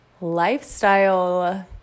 lifestyle